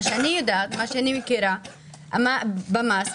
מה שאני מכירה במס,